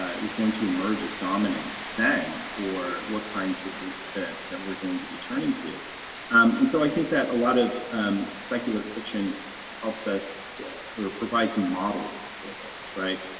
ah is going to emerge as dominant then or what kinds will that that we're going to be turning to and so i think that a lot of speculative fiction helps us or provides models for this, right?